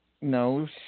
No